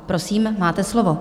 Prosím, máte slovo.